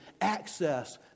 access